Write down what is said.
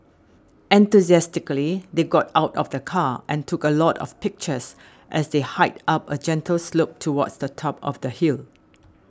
enthusiastically they got out of the car and took a lot of pictures as they hiked up a gentle slope towards the top of the hill